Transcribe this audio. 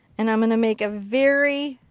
and i'm going to make a very,